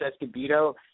Escobedo